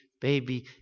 baby